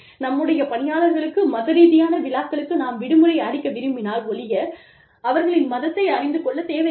நம்முடைய பணியாளர்களுக்கு மத ரீதியான விழாக்களுக்கு நாம் விடுமுறை அளிக்க விரும்பினால் ஒழிய அவர்களின் மதத்தை அறிந்து கொள்ளத் தேவையில்லை